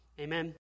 Amen